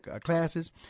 classes